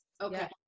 Okay